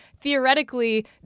theoretically